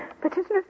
Petitioner's